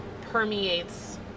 permeates